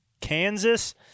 Kansas